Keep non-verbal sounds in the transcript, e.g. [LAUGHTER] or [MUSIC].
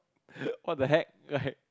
[LAUGHS] what the heck right